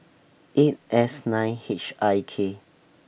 eight S nine H I K